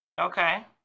Okay